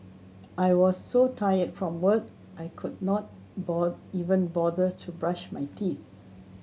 I was so tired from work I could not even bother to brush my teeth